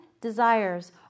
desires